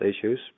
issues